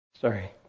Sorry